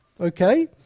Okay